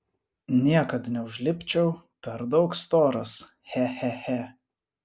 niekad neužlipčiau per daug storas che che che